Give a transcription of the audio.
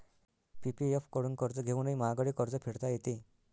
PPF कडून कर्ज घेऊनही महागडे कर्ज फेडता येते